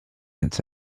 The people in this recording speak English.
its